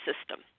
system